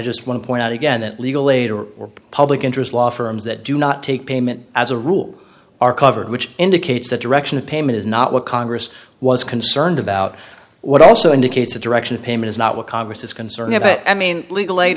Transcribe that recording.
just want to point out again that legal aid or public interest law firms that do not take payment as a rule are covered which indicates the direction of payment is not what congress was concerned about what also indicates the direction of payment is not what congress is concerned about i mean legal late